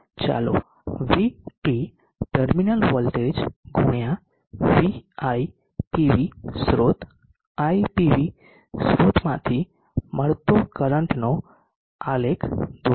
ચાલો VT terminal voltage ગુણ્યા VIpv સ્રોત IPV સ્રોતમાંથી મળતો કરંટનો અએખ દોરીએ